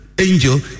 angel